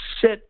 sit